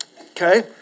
Okay